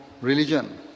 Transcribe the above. religion